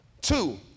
Two